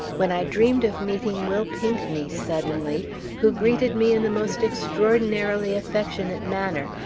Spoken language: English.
when i dreamed of meeting will pinckney suddenly, who greeted me in the most extraordinarily affectionate manner,